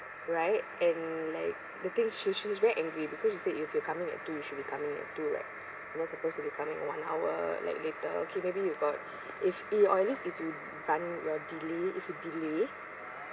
right and like the thing she she's very angry because she said if you're coming at two you should be coming at two right you're not supposed to be coming one hour like later okay maybe you got if he or at least if if find where delay is a delay